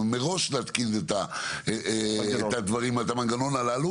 כלומר להתקין מראש מנגנון כזה,